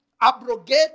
abrogate